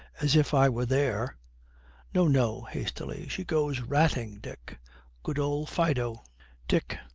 as if i were there no, no hastily she goes ratting, dick good old fido dick,